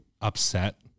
upset